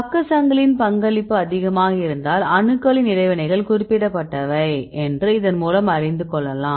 பக்க சங்கிலியின் பங்களிப்பு அதிகமாக இருந்தால் அணுக்களின் இடைவினைகள் குறிப்பிடப்பட்டவை என்று இதன் மூலம் அறிந்து கொள்ளலாம்